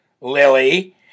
Lily